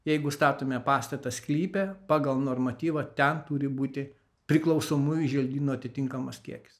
jeigu statome pastatą sklype pagal normatyvą ten turi būti priklausomųjų želdynų atitinkamas kiekis